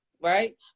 right